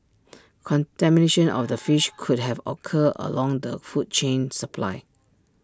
contamination of the fish could have occurred along the food chain supply